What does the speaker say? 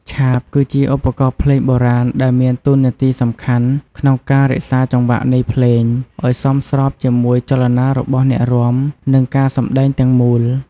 ឆាប គឺជាឧបករណ៍ភ្លេងបុរាណដែលមានតួនាទីសំខាន់ក្នុងការរក្សាចង្វាក់នៃភ្លេង អោយសមស្របជាមួយចលនារបស់អ្នករាំ និងការសម្តែងទាំងមូល។